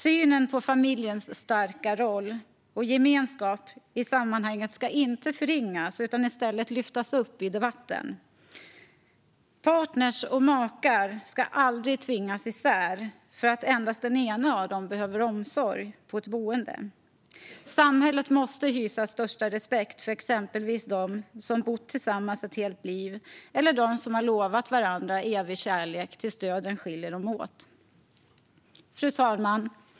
Synen på familjens starka roll och gemenskap i sammanhanget ska inte förringas, utan i stället lyftas upp i debatten. Partner och makar ska aldrig tvingas isär för att endast den ena av dem behöver omsorg på ett boende. Samhället måste hysa största respekt för exempelvis dem som har bott tillsammans ett helt liv eller dem som lovat varandra evig kärlek tills döden skiljer dem åt. Fru talman!